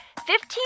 Fifteen